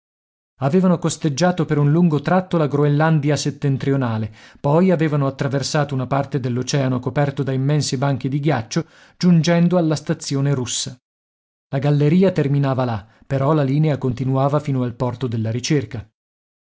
avevano costeggiato per un lungo tratto la groenlandia settentrionale poi avevano attraversato una parte dell'oceano coperto da immensi banchi di ghiaccio giungendo alla stazione russa la galleria terminava là però la linea continuava fino al porto della ricerca